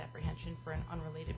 apprehension for an unrelated